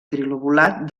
trilobulat